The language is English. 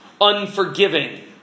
unforgiving